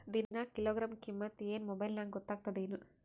ದಿನಾ ಕಿಲೋಗ್ರಾಂ ಕಿಮ್ಮತ್ ಏನ್ ಮೊಬೈಲ್ ನ್ಯಾಗ ಗೊತ್ತಾಗತ್ತದೇನು?